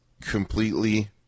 completely